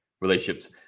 relationships